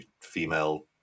female